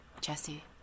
Jesse